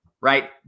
right